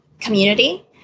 community